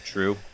True